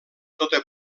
tota